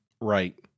Right